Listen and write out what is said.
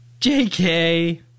JK